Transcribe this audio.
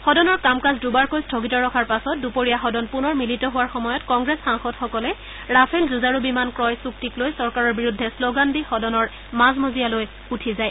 সদনৰ কাম কাজ দুবাৰকৈ স্থগিত ৰখাৰ পাছত দুপৰীয়া সদন পুনৰ মিলিত হোৱাৰ সময়ত কংগ্ৰেছ সাংসদসকলে ৰাফেল যুঁজাৰু বিমান ক্ৰয় চুক্তিক লৈ চৰকাৰৰ বিৰুদ্ধে শ্লগান দি সদনৰ মাজ মজিয়ালৈ উঠা যায়